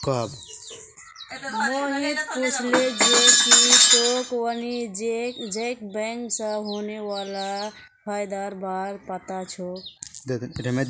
मोहित पूछले जे की तोक वाणिज्यिक बैंक स होने वाला फयदार बार पता छोक